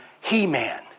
He-Man